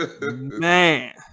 man